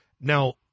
Now